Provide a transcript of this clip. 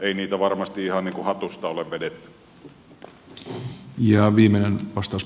ei niitä varmasti ihan niin kuin hatusta ole vedetty